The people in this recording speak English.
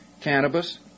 cannabis